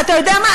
ואתה יודע מה?